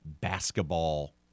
basketball